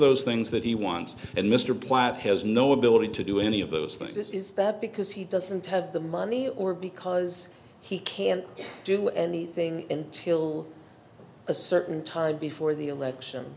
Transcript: those things that he wants and mr platt has no ability to do any of those things this is that because he doesn't have the money or because he can't do anything until a certain time before the election